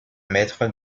maîtres